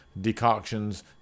decoctions